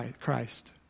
Christ